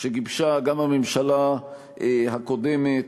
שגיבשה גם הממשלה הקודמת,